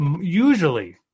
usually